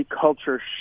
culture